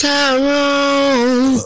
Tyrone